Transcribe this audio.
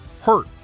hurt